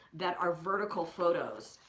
that are vertical photos.